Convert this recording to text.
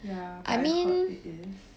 ya but I heard it is